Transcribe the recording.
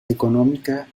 económica